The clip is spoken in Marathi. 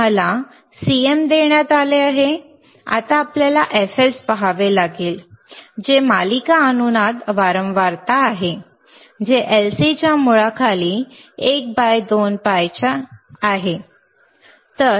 आम्हाला CM देण्यात आले आहे आता आपल्याला fs पाहावे लागेल जे मालिका अनुनाद वारंवारता आहे जे L C च्या मुळाखाली 1 बाय 2 pi आहे